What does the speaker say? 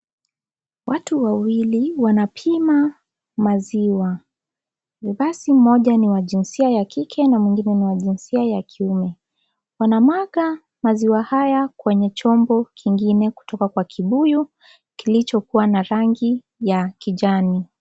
Watu wawili wanapima maziwa mavazi moja ni ya jinsia ya kike na nyingine ni ya jinsia ya kiume. Wanamwaga maziwa haya kwenye chombo kingine kutoka kwa kibuyu kilichokua na rangi ya kijani.